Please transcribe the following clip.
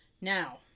Now